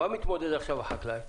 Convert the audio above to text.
עם מה מתמודד עכשיו החקלאי?